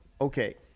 okay